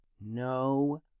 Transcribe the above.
No